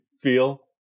feel